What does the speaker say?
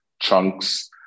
chunks